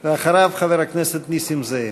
אחריו, חבר הכנסת נסים זאב.